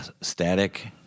static